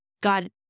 God